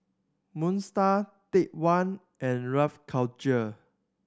Moon Star Take One and Rough Culture